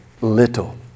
little